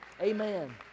Amen